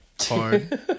Hard